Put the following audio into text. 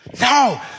No